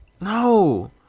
No